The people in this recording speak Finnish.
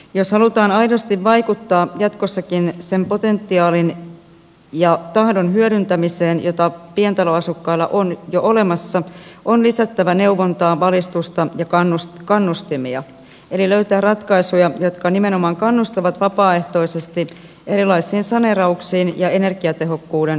jos halutaan aidosti vaikuttaa jatkossakin sen potentiaalin ja tahdon hyödyntämiseen jota pientaloasukkailla on jo olemassa on lisättävä neuvontaa valistusta ja kannustimia eli löydettävä ratkaisuja jotka nimenomaan kannustavat vapaaehtoisesti erilaisiin saneerauksiin ja energiatehokkuuden parantamiseen